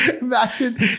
Imagine